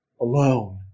alone